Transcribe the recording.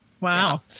wow